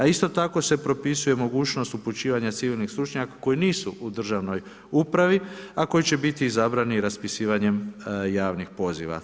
Isto tako se propisuje mogućnost upućivanja civilnih stručnjaka koji nisu u državnoj upravi, a koji će biti izabrani raspisivanjem javnih poziva.